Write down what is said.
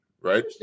right